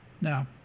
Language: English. Now